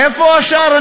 איפה השאר?